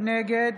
נגד